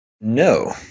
No